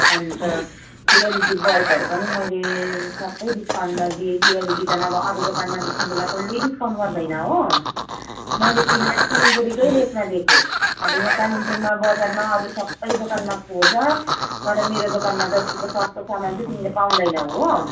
अन्त त्यो एलइडी बल्बहरू पनि मैले सबै डिस्काउन्टमा दिएँ त्यो एलइडी त नभए अरू दोकानमा त तिमीलाई कसैले डिस्काउन्ट गर्दैन हो मैले तिमीलाई सिलगढीकै रेटमा दिएको अब यहाँ कालिम्पोङमा बजारमा अरू सबै दोकानमा खोज तर मेरो दोकानमा जत्तिको सस्तो सामान चाहिँ तिमीले पाउँदैनौ हो